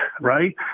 right